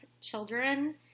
children